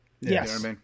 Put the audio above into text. Yes